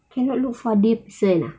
cannot look for this person ah